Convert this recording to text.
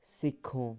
सिक्खो